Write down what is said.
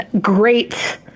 great